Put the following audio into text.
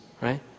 Right